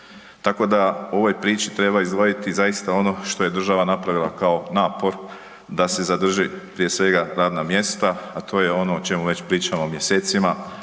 Tako da, ovoj priči treba izdvojiti zaista ono što je država napravila kao napor da se zadrži, prije svega, radna mjesta, a to je ono o čemu već pričamo mjesecima